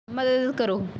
ਮਦਦ ਕਰੋ